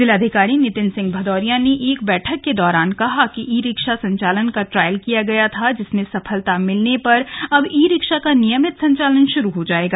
जिलाधिकारी नितिन सिंह भदौरिया ने एक बैठक के दौरान कहा कि ई रिक्शा संचालन का ट्रायल किया गया था जिसमें सफलता मिलने पर अब ई रिक्शा का नियमित संचालन शुरू हो जायेगा